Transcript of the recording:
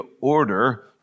order